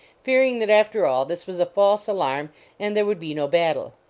fearing that after all this was a false alarm and there would be no battle.